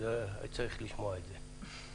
הייתי צריך לשמוע את זה.